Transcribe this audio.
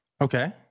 Okay